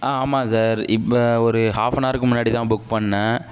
ஆ ஆமாம் சார் இப்போ ஒரு ஹாஃப் அண்ட் ஹாருக்கு முன்னாடி தான் புக் பண்ணேன்